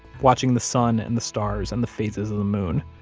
watching the sun, and the stars, and the phases of the moon.